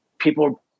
people